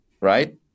right